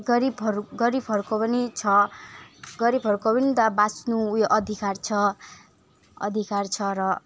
गरिबहरू गरिबहरूको पनि छ गरिबहरूको पनि त बाच्नु उयो अधिकार छ अधिकार छ र